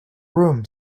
room